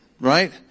right